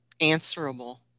answerable